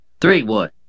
Three-wood